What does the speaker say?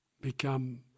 become